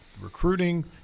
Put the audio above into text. Recruiting